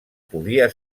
podia